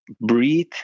breathe